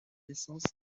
naissance